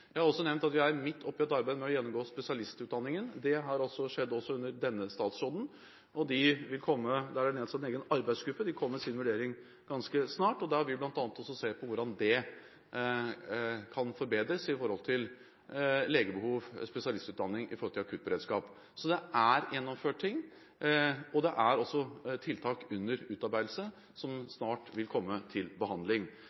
Jeg har også nevnt at vi er midt oppe i et arbeid med å gjennomgå spesialistutdanningen. Det har altså skjedd under denne statsråden. Det er nedsatt en egen arbeidsgruppe, og de vil komme med sin vurdering ganske snart. Da vil man bl.a. se på hvordan dette kan forbedres med tanke på legebehov, spesialistutdanning, i akuttberedskapen. Det er gjennomført ting, og det er også tiltak under utarbeidelse som